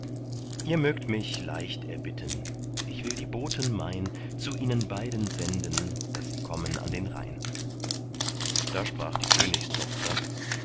ihr mögt mich leicht erbitten ich will die boten mein zu ihnen beiden senden daß sie kommen an den rhein da sprach die königstochter